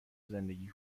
زندگی